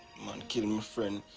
man kill my friend,